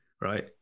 right